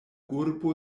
urbo